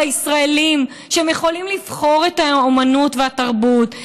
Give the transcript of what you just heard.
הישראלים שהם יכולים לבחור את האומנות והתרבות,